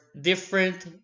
different